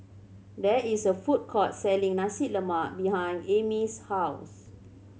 there is a food court selling Nasi Lemak behind Amy's house